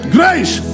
Grace